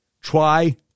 try